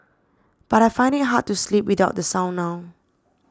but I find it hard to sleep without the sound now